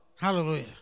Hallelujah